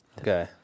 Okay